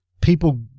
people